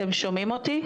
אתם שומעים אותי?